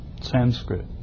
Sanskrit